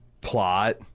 Plot